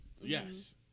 Yes